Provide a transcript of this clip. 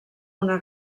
una